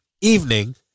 evening